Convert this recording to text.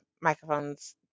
microphones